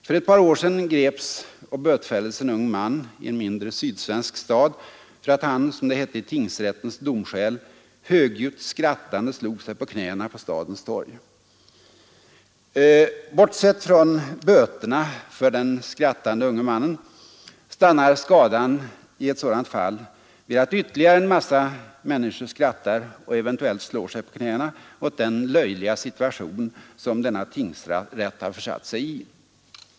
För ett par år sedan greps och bötfälldes en ung man i en mindre, sydsvensk stad för att han — som det hette i tingsrättens domskäl — ”högljutt skrattande slog sig på knäna” på stadens torg. Bortsett från böterna för den skrattande unge mannen stannar skadan i ett sådant fall vid att ytterligare en massa människor skrattar och eventuellt slår sig på knäna åt den löjliga situation som tingsrätten försatt sig i.